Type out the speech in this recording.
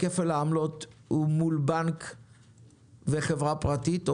ואתם מסוגלים להגיד לי: אנחנו נבדוק פרטנית כל מבקש בענף התיירות,